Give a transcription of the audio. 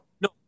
No